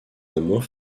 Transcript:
amont